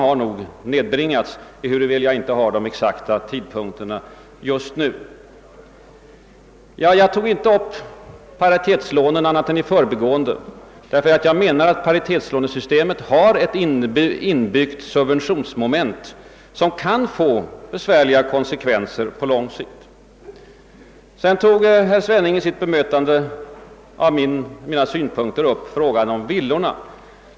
Väntetiderna har nedbringats, ehuru jag inte just nu har tillgång till de exakta siffrorna. .Jag tog inte upp paritetslånen annat än. i förbigående; jag menar att paritetslånesystemet har ett inbyggt subventionsmoment som kan få besvärliga konsekvenser på lång sikt. Herr Svenning tog i sitt bemötande av mina synpunkter upp frågan om villorna.